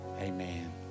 amen